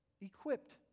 Equipped